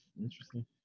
Interesting